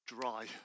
Dry